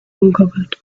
uncovered